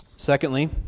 Secondly